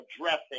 addressing